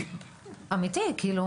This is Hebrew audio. אמיתי, כאילו